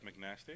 McNasty